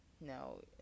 no